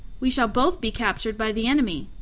we shall both be captured by the enemy.